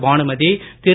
Bhanumathi Thiru